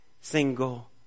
single